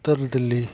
Uttar Delhi